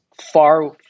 far